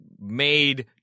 made